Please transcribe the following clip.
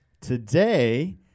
Today